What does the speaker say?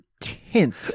tint